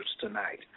tonight